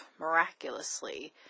miraculously